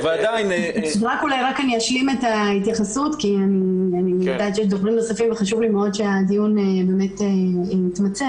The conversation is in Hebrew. אולי אני אשלים את ההתייחסות כי חשוב לי מאוד שהדיון ימוצה.